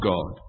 God